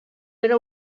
era